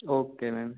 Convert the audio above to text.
okay ma'am